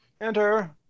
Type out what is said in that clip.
Enter